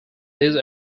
these